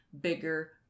bigger